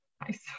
Nice